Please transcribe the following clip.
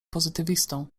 pozytywistą